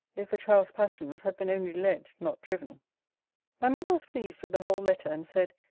if the child's passions had been only led, not driven my mother was pleased with the whole letter and said,